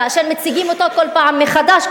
כאשר מציגים אותו כל פעם מחדש,